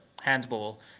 handball